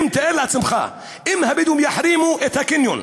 תאר לעצמך, אם הבדואים יחרימו את הקניון,